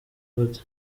gute